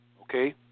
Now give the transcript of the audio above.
Okay